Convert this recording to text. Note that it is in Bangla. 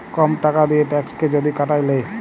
কম টাকা দিঁয়ে ট্যাক্সকে যদি কাটায় লেই